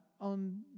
on